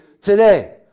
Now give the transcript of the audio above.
today